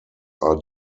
are